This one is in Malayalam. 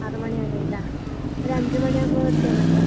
ആറ് മണി വരെ ഉണ്ടോ ഒരു അഞ്ച് മണി ആവുമ്പോൾ എത്തിയാൽ മതിയോ